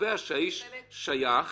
שהאיש שייך.